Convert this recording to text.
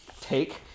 take